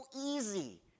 easy